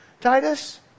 Titus